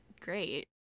great